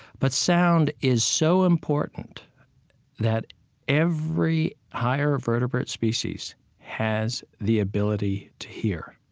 but sound is so important that every higher vertebrate species has the ability to hear